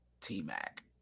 t-mac